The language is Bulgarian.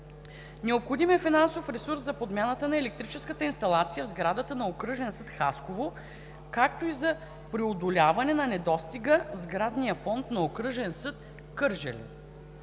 Необходим е финансов ресурс за подмяната на електрическата инсталация в сградата на Окръжен съд – Хасково, както и за преодоляване на недостига от сграден фонд на Окръжен съд – Кърджали.